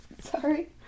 Sorry